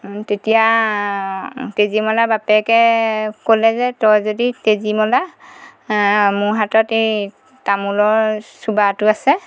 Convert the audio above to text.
তেতিয়া তেজীমলাৰ বাপেকে ক'লে যে তই যদি তেজীমলা মোৰ হাতত এই তামোলৰ চোবাটো আছে